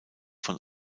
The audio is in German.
von